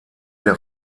der